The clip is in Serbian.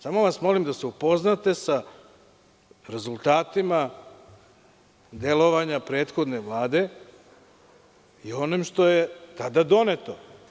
Samo vas molim da se upoznate sa rezultatima delovanja prethodne Vlade i onim što je tada doneto.